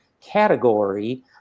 category